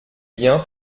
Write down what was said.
bien